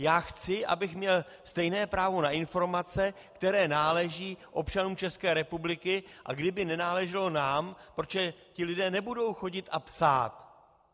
Já chci, abych měl stejné právo na informace, které náleží občanům České republiky, a kdyby nenáleželo nám protože ti lidé nebudou chodit a psát.